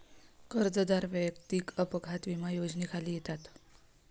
कर्जदार वैयक्तिक अपघात विमा योजनेखाली येतात